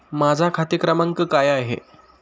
माझा खाते क्रमांक काय आहे?